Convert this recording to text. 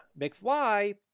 McFly